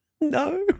No